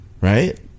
right